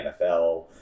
NFL